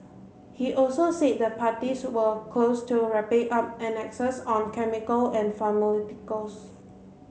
he also said the parties were close to wrapping up annexes on chemical and pharmaceuticals